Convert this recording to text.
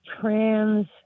trans